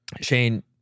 Shane